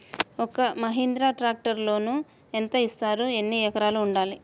ఒక్క మహీంద్రా ట్రాక్టర్కి లోనును యెంత ఇస్తారు? ఎన్ని ఎకరాలు ఉండాలి?